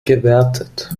gewertet